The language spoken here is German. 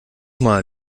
mal